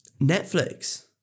Netflix